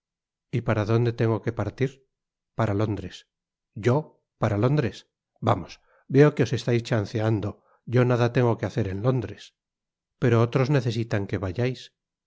y para donde tengo que partir para londres yo para londres vamos veo que os estais chanceando yo nada tmgo que hacer en londres pero otros necesitan que vayais